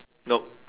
nope